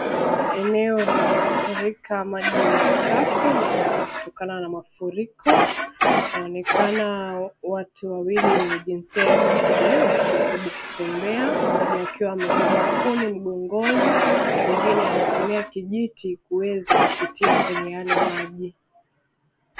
Eneo lililofurika maji machafu labda kutokana na mafuriko. 𝐿𝑖naonekana watu wawili wenye jinsia ya kike wakijaribu kutembea, mmoja akiwa amebeba kuni mgongoni, mwingine anatumia kijiti kuweza kupitia kwenye yale maji.